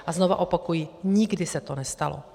A znovu opakuji, nikdy se to nestalo.